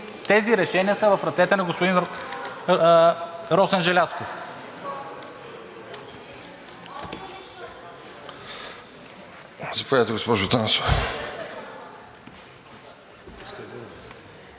тези решения са в ръцете на господин Росен Желязков.